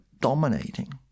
dominating